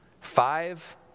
five